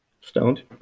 stoned